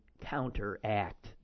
counteract